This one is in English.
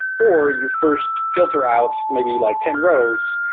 or you first filter out maybe like ten rows,